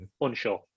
unsure